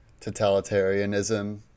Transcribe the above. totalitarianism